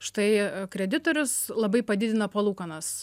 štai kreditorius labai padidina palūkanas